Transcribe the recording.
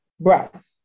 breath